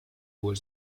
wall